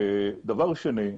דבר שני,